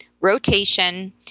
rotation